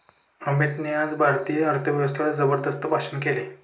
अमितने आज भारतीय अर्थव्यवस्थेवर जबरदस्त भाषण केले